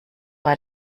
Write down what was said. bei